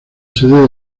sede